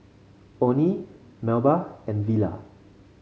Oney Melba and Vela